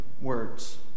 words